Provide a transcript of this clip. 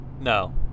No